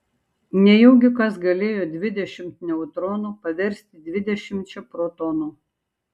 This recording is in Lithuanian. nejaugi kas galėjo dvidešimt neutronų paversti dvidešimčia protonų